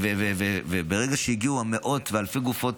ברגע שהגיעו מאות ואלפי גופות,